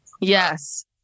Yes